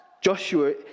Joshua